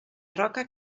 roca